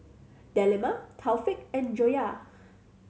Delima Taufik and Joyah